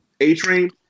A-Train